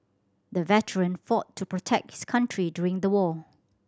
the veteran fought to protect his country during the war